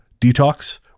detox